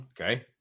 okay